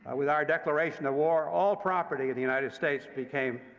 and with our declaration of war, all property of the united states became